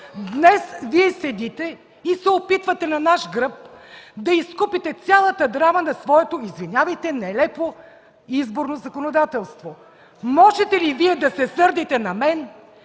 Днес Вие седите и се опитвате на наш гръб да изкупите цялата драма на своето, извинявайте, нелепо изборно законодателство. Можете ли Вие да се сърдите на мен,